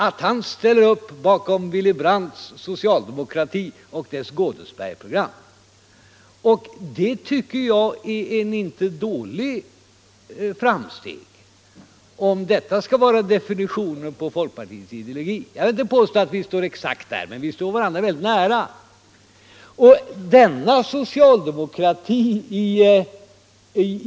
— att han ställer upp bakom Willy Brandts socialdemokrati och dess Godesbergsprogram. Det tycker jag är ett icke dåligt framsteg, om detta skall vara en definition på folkpartiets ideologi. Jag vill inte påstå att vi står exakt där, men vi och SPD står varandra mycket nära.